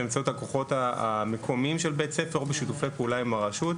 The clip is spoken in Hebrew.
באמצעות הכוחות המקומיים של בית הספר או בשיתוף פעולה עם הרשות.